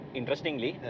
Interestingly